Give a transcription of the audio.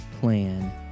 plan